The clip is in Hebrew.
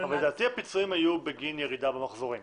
אבל לדעתי הפיצויים היו בגין ירידה במחזורים